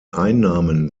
einnahmen